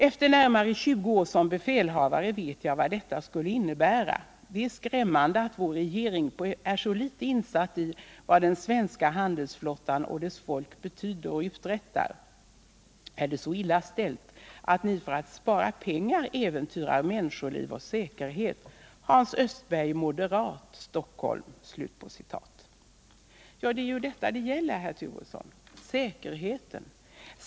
Efter närmare 20 år som befälhavare vet jag vad detta skulle innebära. Det är skrämmande att vår regering är så litet insatt i vad den svenska handelsflottan och dess folk betyder och uträttar. Är det så illa ställt att ni för att spara pengar äventyrar människoliv och säkerhet? Det är ju detta det gäller, herr Turesson.